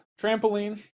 trampoline